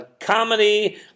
comedy